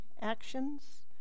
actions